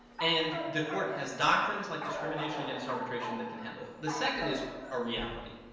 and the court has doctrines like discrimination against arbitration that can handle it. the second is a reality.